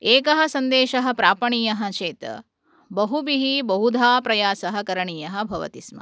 एकः सन्देशः प्रापणीयः चेत् बहुभिः बहुधा प्रयासः करणीयः भवति स्म